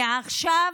מעכשיו,